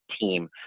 team